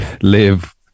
live